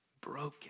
broken